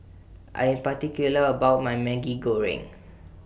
I Am particular about My Maggi Goreng